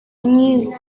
knew